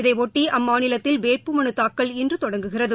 இதையொட்டி அம்மாநிலத்தில் வேட்புமனு தாக்கல் இன்று தொடங்குகிறது